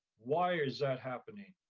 why is that happening?